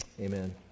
amen